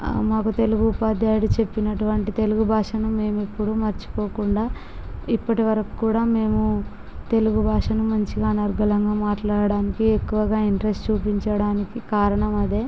మాకు తెలుగు ఉపాధ్యాయుడు చెప్పినటువంటి తెలుగు భాషను మేము ఎప్పుడూ మర్చిపోకుండా ఇప్పటి వరకు కూడా మేము తెలుగు భాషను మంచిగా అనర్గళంగా మాట్లాడడానికి ఎక్కువగా ఇంట్రెస్ట్ చూపించడానికి కారణం అదే